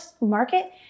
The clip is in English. market